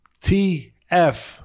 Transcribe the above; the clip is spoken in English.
TF